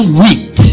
wheat